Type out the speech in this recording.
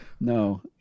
No